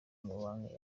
amabanga